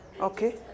Okay